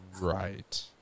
Right